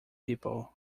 people